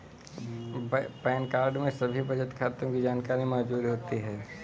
pan card में सभी बचत खातों की जानकारी मौजूद होती है